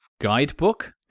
guidebook